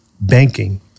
banking